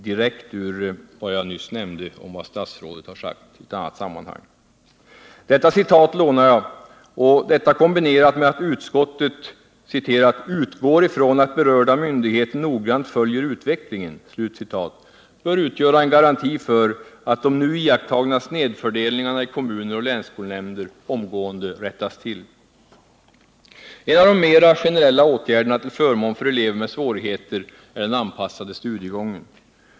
Detta citat lånar jag från föredraganden, och detta kombinerat med att utskottet ”utgår ifrån att berörda myndigheter noggrant följer utvecklingen” bör utgöra en garanti för att de nu iakttagna snedfördelningarna i kommuner och länsskolnämnder omgående rättas till. En av de mera generella åtgärderna till förmån för elever med svårigheter är den anpassade studiegången.